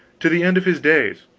to the end of his days,